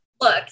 Look